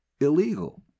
Illegal